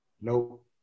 Nope